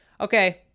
Okay